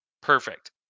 Perfect